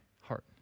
heart